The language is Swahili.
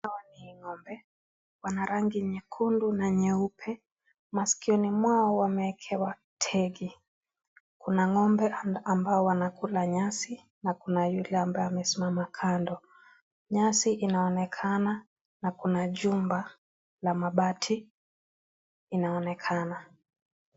Hawa ni ng'ombe wana rangi nyekundu na nyeupe, masikioni mwao wamewekewa tegi. Kuna ng'ombe ambalo wanakula nyasi na kuna yule amesimama kando. Nyasi inaonekana na kuna jumba la mabati inaonekana.